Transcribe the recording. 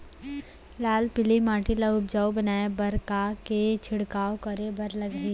लाल पीली माटी ला उपजाऊ बनाए बर का का के छिड़काव करे बर लागही?